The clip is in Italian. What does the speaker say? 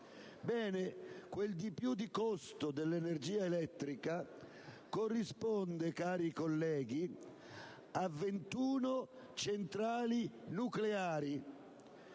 costi. Quel maggior costo di energia elettrica corrisponde, cari colleghi, a 21 centrali nucleari.